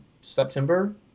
September